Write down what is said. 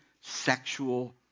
sexual